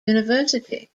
university